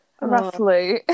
roughly